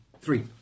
three